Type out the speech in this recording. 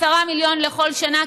10 מיליון לכל שנה,